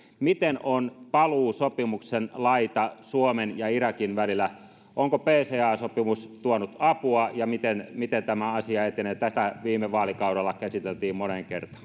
miten on paluusopimuksen laita suomen ja irakin välillä onko pca sopimus tuonut apua ja miten miten tämä asia etenee tätä viime vaalikaudella käsiteltiin moneen kertaan